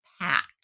packed